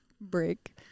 break